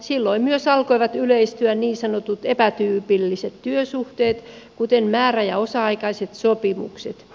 silloin myös alkoivat yleistyä niin sanotut epätyypilliset työsuhteet kuten määrä ja osa aikaiset sopimukset